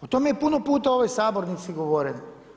O tome je puno puta u ovoj sabornici govoreno.